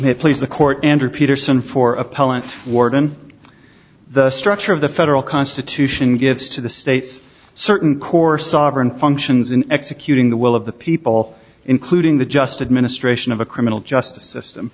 to please the court and peterson for appellant warden the structure of the federal constitution gives to the states certain core sovereign functions in executing the will of the people including the just administration of a criminal justice system